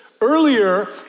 Earlier